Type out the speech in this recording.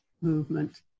movement